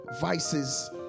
vices